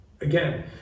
again